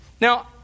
Now